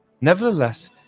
nevertheless